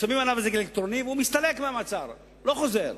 שמים עליו אזיק אלקטרוני והוא מסתלק מהמעצר ולא חוזר.